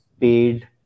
paid